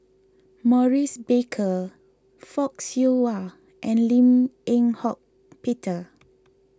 Maurice Baker Fock Siew Wah and Lim Eng Hock Peter